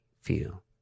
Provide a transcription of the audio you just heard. feel